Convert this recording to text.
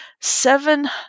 seven